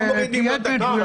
תהיה דייקן.